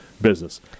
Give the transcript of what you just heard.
business